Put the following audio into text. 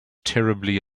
terribly